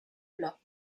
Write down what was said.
plats